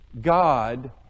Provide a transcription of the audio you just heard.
God